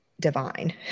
divine